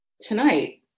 tonight